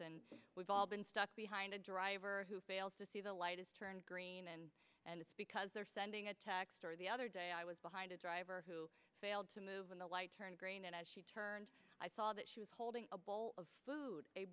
and we've all been stuck behind a driver who fails to see the light is turned green and and it's because they're sending a text or the other day i was behind a driver who failed to move when the light turned green and as she turned i saw that she was holding a bowl of food a